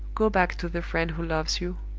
go back to the friend who loves you,